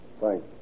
Thanks